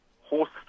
horse